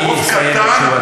אדוני יסיים את תשובתו.